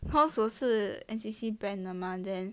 cause 我是 N_C_C band 的嘛 then